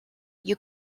you